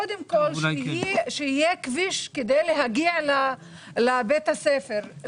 קודם כול שיהיה כביש כדי להגיע לבית הספר,